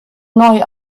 neu